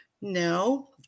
No